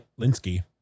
Linsky